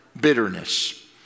bitterness